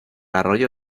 arroyo